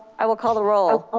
i will call the roll. ah